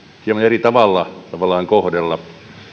hieman eri tavalla tavallaan kohdella